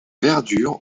verdure